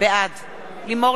בעד לימור